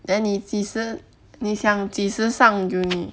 then 你几时你想几时上 uni